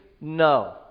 No